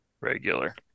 regular